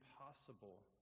impossible